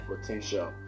potential